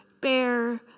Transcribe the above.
bear